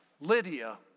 Lydia